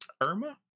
irma